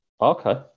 okay